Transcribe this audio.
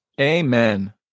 Amen